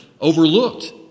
overlooked